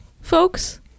folks